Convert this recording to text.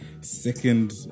second